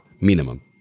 minimum